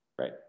right